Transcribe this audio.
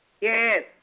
Yes